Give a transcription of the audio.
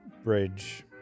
Bridge